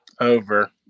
over